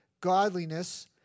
godliness